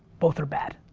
both are bad.